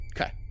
Okay